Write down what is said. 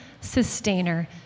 sustainer